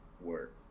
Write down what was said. work